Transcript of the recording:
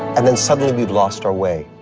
and then suddenly we've lost our way.